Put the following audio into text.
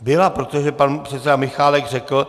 Byla, protože pan předseda Michálek řekl...